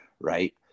right